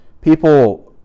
people